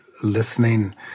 listening